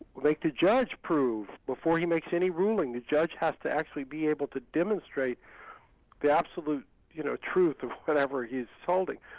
make the judge prove, before he makes any ruling, the judge has to actually be able to demonstrate the absolute you know truth of whatever he's solving.